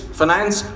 finance